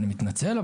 אני מתנצל,